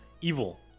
evil